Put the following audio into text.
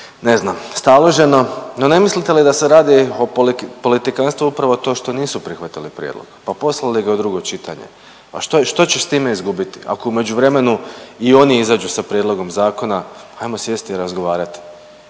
ne znam staloženo. No ne mislite li da se radi o politikanstvu upravo to što nisu prihvatili prijedlog, pa poslali ga u drugo čitanje. A što će time izgubiti ako u međuvremenu i oni izađu sa prijedlogom zakona. Hajmo sjesti i razgovarati.